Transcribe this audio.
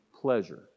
pleasure